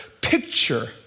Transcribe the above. picture